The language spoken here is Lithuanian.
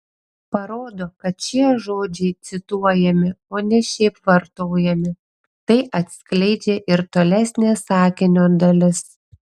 parodo kad šie žodžiai cituojami o ne šiaip vartojami tai atskleidžia ir tolesnė sakinio dalis